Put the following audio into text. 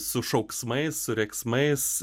su šauksmais su rėksmais